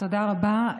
תודה רבה.